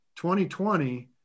2020